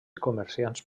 comerciants